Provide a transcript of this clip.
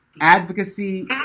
advocacy